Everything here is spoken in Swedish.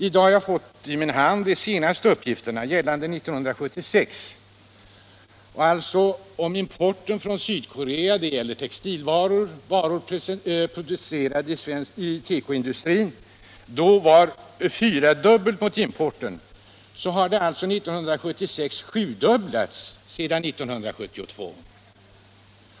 I dag har jag fått i min hand de senaste uppgifterna, gällande 1976. Från att importvärdet av sydkoreanska varor år 1972 var fyra gånger exportvärdet av varor producerade i tekoindustrin har förhållandet 1976 förändrats så att importen därifrån var sju gånger exporten.